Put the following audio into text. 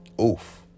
Oof